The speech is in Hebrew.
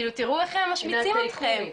תראו איך משמיצים אתכם.